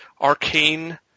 arcane